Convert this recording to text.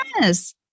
Yes